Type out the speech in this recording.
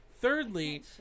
Thirdly